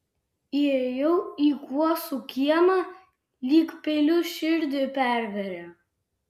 įėjau į kuosų kiemą lyg peiliu širdį pervėrė